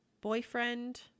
boyfriend